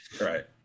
Right